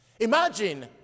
Imagine